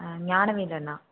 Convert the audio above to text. ஆ Gnanavel அண்ணா